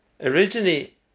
Originally